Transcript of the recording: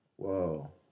Whoa